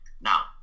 Now